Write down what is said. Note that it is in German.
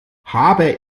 habe